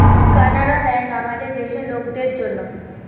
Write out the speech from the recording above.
Canara bank আমাদের দেশের লোকদের জন্যে আছে